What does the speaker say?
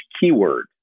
keyword